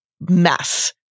mess